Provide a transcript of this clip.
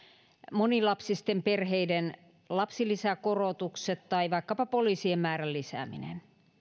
monilapsisten perheiden lapsilisäkorotukset tai vaikkapa poliisien määrän lisääminen